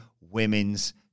Women's